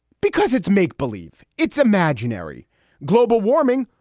because it's make believe it's imaginary global warming,